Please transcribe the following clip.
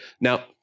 Now